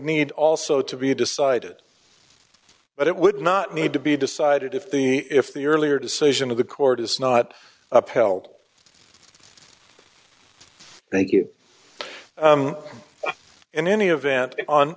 need also d to be decided but it would not need to be decided if the if the earlier decision of the court is not upheld thank you in any event on